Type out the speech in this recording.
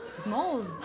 small